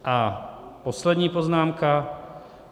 A poslední poznámka.